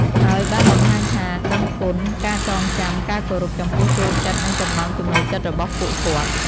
ហើយបានបង្ហាញថាដឺងគុណ ការចងចាំ ការគោរព ចំពោះចូលចិត្តនិងចំណង់ចំណូលចិត្តរបស់ពួកគាត់។